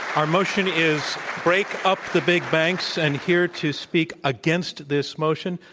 our motion is break up the big banks. and here to speak against this motion,